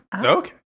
Okay